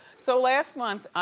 so last month,